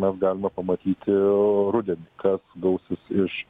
mes galime pamatyti rudenį kas gausis iš